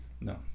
No